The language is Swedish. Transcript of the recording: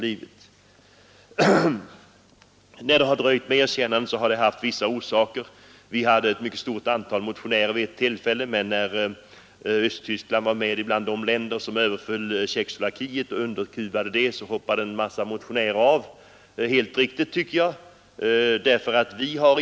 Att det dröjt med erkännandet har haft vissa orsaker. Det var ett stort antal ledamöter som motionerade i frågan vid ett tillfälle, men när Östtyskland var med bland de länder som överföll Tjeckoslovakien och underkuvade det, så hoppade en massa motionärer av. Detta tycker jag också var helt riktigt.